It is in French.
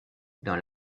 dans